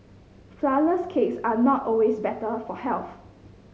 flourless cakes are not always better for health